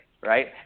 right